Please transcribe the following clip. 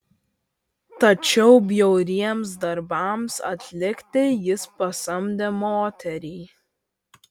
tačiau bjauriems darbams atlikti jis pasamdė moterį